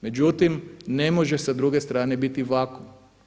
Međutim ne može sa druge strane biti vakuum.